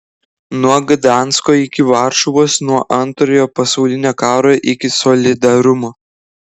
nuo gdansko iki varšuvos nuo antrojo pasaulinio karo iki solidarumo